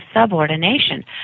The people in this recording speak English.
subordination